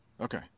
Okay